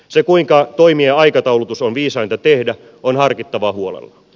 se kuinka toimien aikataulutus on viisainta tehdä on harkittava huolella